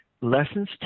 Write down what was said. lessons